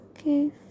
okay